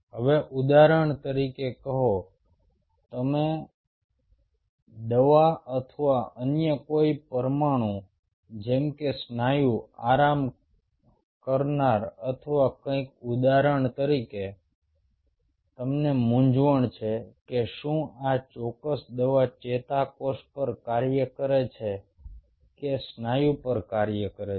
હવે ઉદાહરણ તરીકે કહો તમે દવા અથવા અન્ય કોઈ પરમાણુ જેમ કે સ્નાયુ આરામ કરનાર અથવા કંઈક ઉદાહરણ તરીકે તમને મૂંઝવણ છે કે શું આ ચોક્કસ દવા ચેતાકોષ પર કાર્ય કરે છે કે સ્નાયુ પર કાર્ય કરે છે